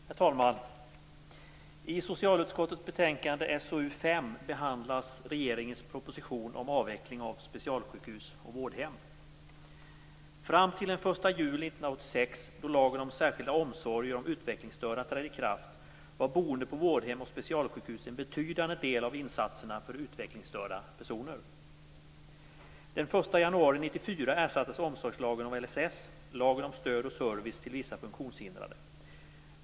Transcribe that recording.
Herr talman! I socialutskottets betänkande SoU5 behandlas regeringens proposition om avveckling av specialsjukhus och vårdhem. Fram till den 1 juli 1986, då lagen om särskilda omsorger om psykiskt utvecklingsstörda trädde i kraft, var boende på vårdhem och specialsjukhus en betydande del av insatserna för utvecklingsstörda personer. Den 1 januari 1994 ersattes omsorgslagen av LSS lagen om stöd och service till vissa funktionshindrade.